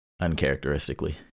uncharacteristically